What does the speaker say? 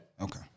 Okay